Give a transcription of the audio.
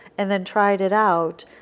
and then tried it out,